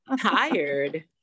tired